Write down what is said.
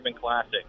Classic